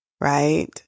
Right